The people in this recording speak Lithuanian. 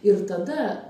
ir tada